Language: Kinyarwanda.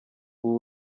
ubu